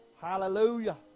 Hallelujah